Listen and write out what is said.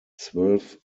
zwölf